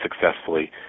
successfully